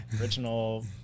original